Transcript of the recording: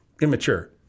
immature